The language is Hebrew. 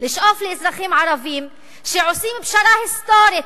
לשאוף לאזרחים ערבים שעושים פשרה היסטורית,